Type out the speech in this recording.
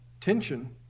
tension